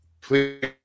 please